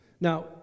Now